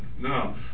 Now